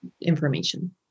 information